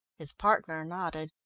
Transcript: his partner nodded.